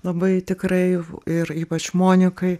labai tikrai ir ypač monikai